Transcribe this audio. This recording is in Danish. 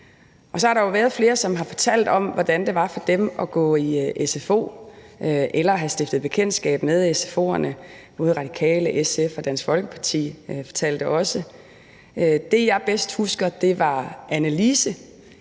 Så har der været flere, som har fortalt om, hvordan det var for dem at gå i sfo eller at have stiftet bekendtskab med sfo'erne – både SF, Radikale og Dansk Folkeparti fortalte om det. Det, jeg bedst husker, er Annelise.